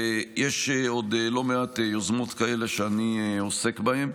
ויש עוד לא מעט יוזמות כאלה שאני עוסק בהן.